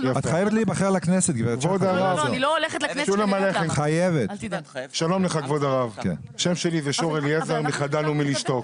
כבוד הרב, השם שלי שור אליעזר מ'חדלנו מלשתוק'.